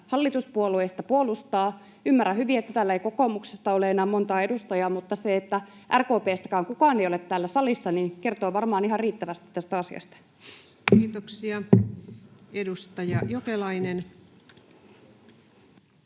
voivat tätä puolustaa. Ymmärrän hyvin, että täällä ei kokoomuksesta ole enää montaa edustajaa, mutta se, että RKP:stäkään kukaan ei ole täällä salissa, kertoo varmaan ihan riittävästi tästä asiasta. [Juho Eerola: